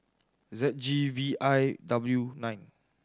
Z G V I W nine